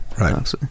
Right